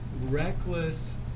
reckless